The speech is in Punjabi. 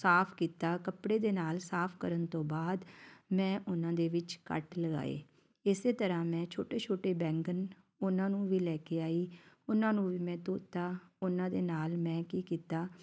ਸਾਫ ਕੀਤਾ ਕੱਪੜੇ ਦੇ ਨਾਲ ਸਾਫ ਕਰਨ ਤੋਂ ਬਾਅਦ ਮੈਂ ਉਹਨਾਂ ਦੇ ਵਿੱਚ ਕੱਟ ਲਗਾਏ ਇਸੇ ਤਰ੍ਹਾਂ ਮੈਂ ਛੋਟੇ ਛੋਟੇ ਬੈਂਗਣ ਉਹਨਾਂ ਨੂੰ ਵੀ ਲੈ ਕੇ ਆਈ ਉਹਨਾਂ ਨੂੰ ਵੀ ਮੈਂ ਧੋਤਾ ਉਹਨਾਂ ਦੇ ਨਾਲ ਮੈਂ ਕੀ ਕੀਤਾ